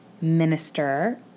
minister